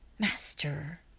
Master